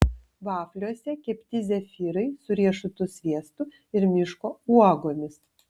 vafliuose kepti zefyrai su riešutų sviestu ir miško uogomis